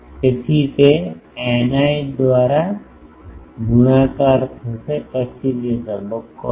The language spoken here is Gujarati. તેથી તે ηi દ્વારા ગુણાકાર થશે પછી તે તબક્કો હશે